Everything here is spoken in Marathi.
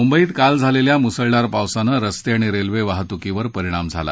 मुंबईत काल झालेल्या मुसळधार पावसानं रस्ते आणि रेल्वे वाहतुकीवर परिणाम झाला